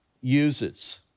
uses